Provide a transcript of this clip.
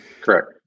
Correct